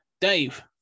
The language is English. Dave